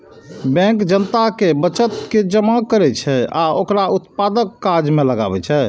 bank जनता केर बचत के जमा करै छै आ ओकरा उत्पादक काज मे लगबै छै